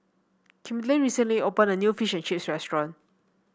Kimberley recently open a new Fish and Chips restaurant